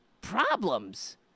problems